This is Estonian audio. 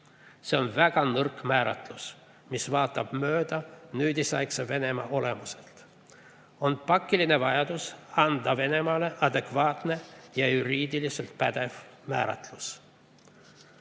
See on väga nõrk määratlus, mis vaatab mööda nüüdisaegse Venemaa olemusest. On pakiline vajadus anda Venemaale adekvaatne ja juriidiliselt pädev määratlus. Kaasaegne